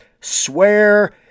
swear